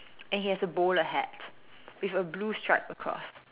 and he has a bowl hat with a blue stripe across